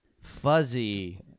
fuzzy